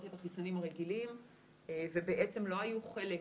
את החיסונים הרגילים ובעצם לא היו חלק